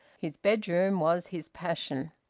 his bedroom was his passion.